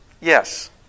Yes